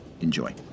Enjoy